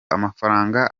amafranga